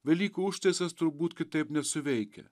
velykų užtaisas turbūt kitaip nesuveikia